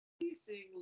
increasingly